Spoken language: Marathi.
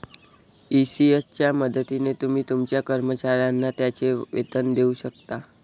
ई.सी.एस च्या मदतीने तुम्ही तुमच्या कर्मचाऱ्यांना त्यांचे वेतन देऊ शकता